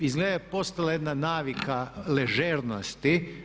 Izgleda da je postala jedna navika ležernosti.